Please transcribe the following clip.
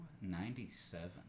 ninety-seven